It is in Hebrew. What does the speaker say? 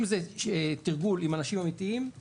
אם זה תרגול עם אנשים אמיתיים,